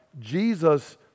Jesus